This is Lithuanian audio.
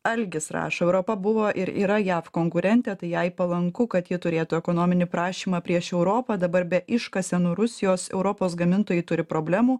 algis rašo europa buvo ir yra jav konkurentė tai jai palanku kad ji turėtų ekonominį prašymą prieš europą dabar be iškasenų rusijos europos gamintojai turi problemų